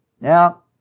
now